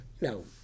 no